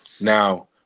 Now